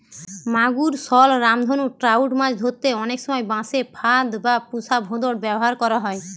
মাগুর, শল, রামধনু ট্রাউট মাছ ধরতে অনেক সময় বাঁশে ফাঁদ বা পুশা ভোঁদড় ব্যাভার করা হয়